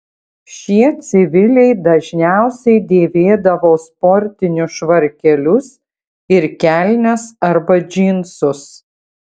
šie civiliai dažniausiai dėvėdavo sportinius švarkelius ir kelnes arba džinsus